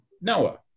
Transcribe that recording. Noah